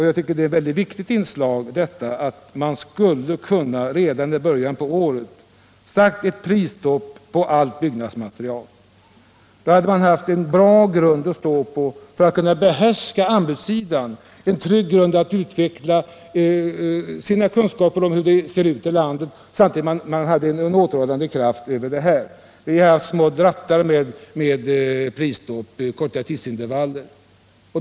Jag tycker att det är ett viktigt inslag att man redan i början på året skulle ha satt ett prisstopp på all byggnadsmateriel. Då hade man haft en bra grund att stå på för att kunna behärska anbudssidan, och det hade varit en trygg grund att utveckla sina kunskaper om hur det ser ut i landet samtidigt som man hade haft en återhållande kraft. Vi har haft små ”drattar” med prisstopp under korta tidsintervaller.